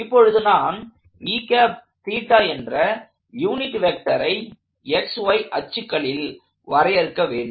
இப்பொழுது நான் என்ற யூனிட் வெக்டரை xy அச்சுக்களில் வரையறுக்க வேண்டும்